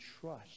trust